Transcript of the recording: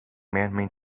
manmade